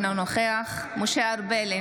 אינו נוכח משה ארבל,